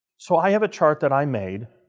so, i have a chart that i made,